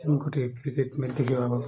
M ଗୋଟିଏ cricket meeting ହବ